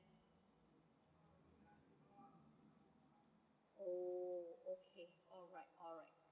oh okay alright